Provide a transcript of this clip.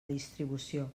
distribució